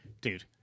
Dude